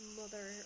mother